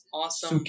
awesome